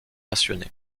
passionnée